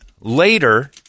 later